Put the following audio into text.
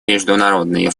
международные